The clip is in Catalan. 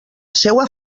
seua